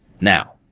Now